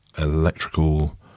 electrical